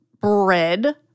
bread